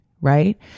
right